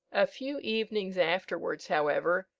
a few evenings afterwards, however,